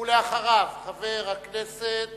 ואחריו, חבר הכנסת